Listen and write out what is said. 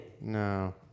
No